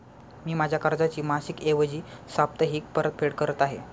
मी माझ्या कर्जाची मासिक ऐवजी साप्ताहिक परतफेड करत आहे